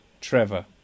Trevor